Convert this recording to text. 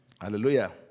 Hallelujah